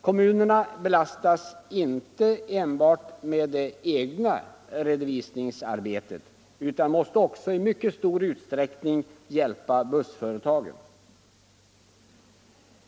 Kommunerna belastas inte enbart med det egna redovisningsarbetet utan måste också i stor utsträckning hjälpa bussföretagen.